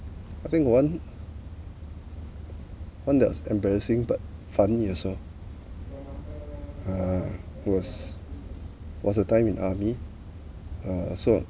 I think one one that was embarrassing but funny also uh was was a time in army uh so